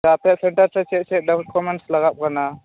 ᱟᱯᱮᱭᱟᱜ ᱥᱮᱱᱴᱟᱨ ᱨᱮ ᱪᱮᱫ ᱪᱮᱫ ᱰᱚᱠᱳᱢᱮᱱᱥ ᱞᱟᱜᱟᱜ ᱠᱟᱱᱟ